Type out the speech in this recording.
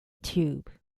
tube